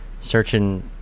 searching